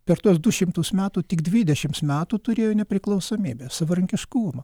per tuos du šimtus metų tik dvidešimt metų turėjo nepriklausomybę savarankiškumą